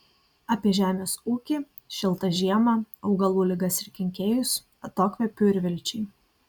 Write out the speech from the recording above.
apie žemės ūkį šiltą žiemą augalų ligas ir kenkėjus atokvėpiui ir vilčiai